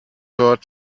heard